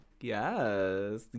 Yes